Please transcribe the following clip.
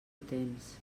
temps